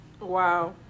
wow